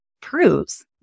proves